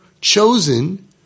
chosen